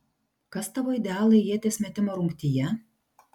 kas tavo idealai ieties metimo rungtyje